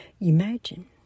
Imagine